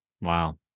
Wow